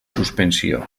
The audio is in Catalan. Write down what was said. suspensió